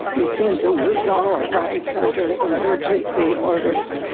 we seem to lose all our rights under emergency orders.